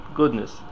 goodness